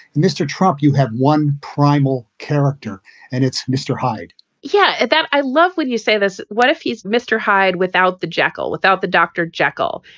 mr. trump, you have one primal character and it's mr. hyde yeah and that i love would you say this? what if he's mr. hyde without the jackal, without the dr. jekyll?